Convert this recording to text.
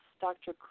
Dr